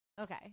okay